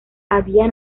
había